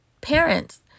Parents